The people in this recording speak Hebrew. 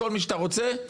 כל מי שאתה רוצה,